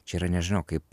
čia yra nežinau kaip